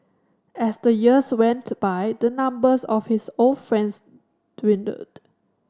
as the years went to by the numbers of his old friends dwindled